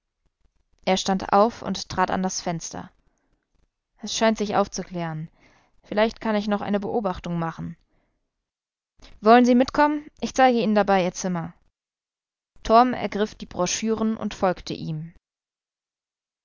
er stand auf und trat an das fenster es scheint sich aufzuklären vielleicht kann ich noch eine beobachtung machen wollen sie mitkommen ich zeige ihnen dabei ihr zimmer torm ergriff die broschüren und folgte ihm